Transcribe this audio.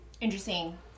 Interesting